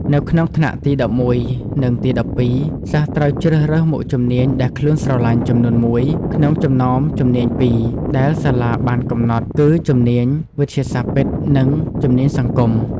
នៅក្នុងថ្នាក់ទី១១ និងទី១២ សិស្សត្រូវជ្រើសរើសមុខជំនាញដែលខ្លួនស្រលាញ់ចំនួនមួយក្នុងចំណោមជំនាញពីរដែលសាលាបានកំណត់ គឺជំនាញវិទ្យាសាស្ត្រពិត និងជំនាញសង្គម។